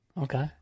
Okay